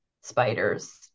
spiders